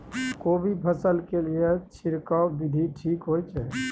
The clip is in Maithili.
कोबी फसल के लिए छिरकाव विधी ठीक होय छै?